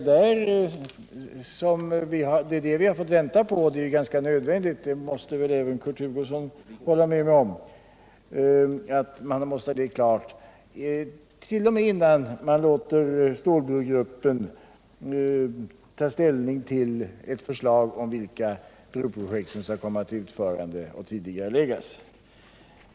Det är det vi har fått vänta på, och det är ganska nödvändigt — det måste väl Kurt Hugosson hålla med mig om — att man har det klart t.o.m. innan man låter stålbrogruppen ta ställning till ett förslag om vilka broprojekt som skall komma till utförande och tidigareläggas.